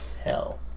Hell